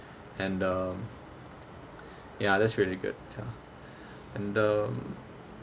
and um ya that's really good ya and um